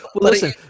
Listen